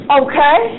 okay